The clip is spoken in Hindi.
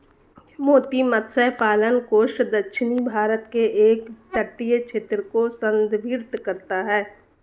मोती मत्स्य पालन कोस्ट दक्षिणी भारत के एक तटीय क्षेत्र को संदर्भित करता है